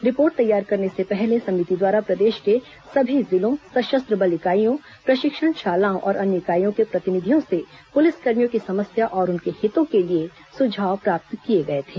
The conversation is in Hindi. रिपोर्ट तैयार करने से पहले समिति द्वारा प्रदेश के सभी जिलों सशस्त्र बल इकाईयों प्रशिक्षण शालाओं और अन्य इकाईयों के प्रतिनिधियों से पुलिस कर्मियों की समस्या और उनके हितों के लिए सुझाव प्राप्त किए गए थे